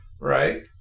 right